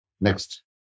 Next